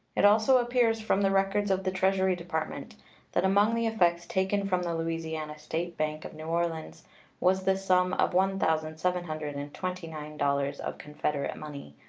it also appears from the records of the treasury department that among the effects taken from the louisiana state bank of new orleans was the sum of one thousand seven hundred and twenty nine dollars of confederate money,